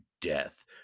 death